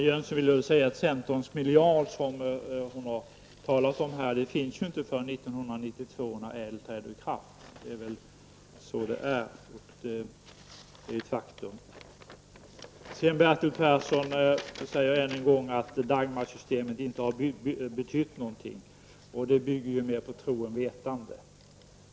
Herr talman! Den miljard som Marianne Jönsson talar om finns inte förrän 1992 då äldredelegationens förslag har genomförts och träder i kraft. Det är ett faktum. Bertil Persson säger ännu en gång att Dagmarsystemet inte har betytt någonting. Det uttalandet bygger mer på tro än på vetande.